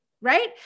right